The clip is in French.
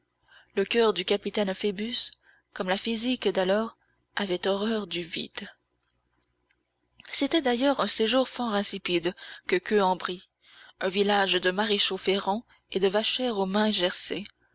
le coeur du capitaine phoebus comme la physique d'alors avait horreur du vide c'était d'ailleurs un séjour fort insipide que queue en brie un village de maréchaux ferrants et de vachères aux mains gercées